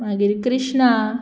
मागीर कृष्णा